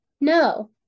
no